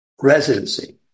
residency